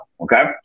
Okay